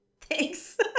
Thanks